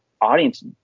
audience